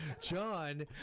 John